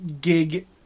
gig